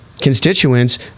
constituents